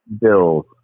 Bills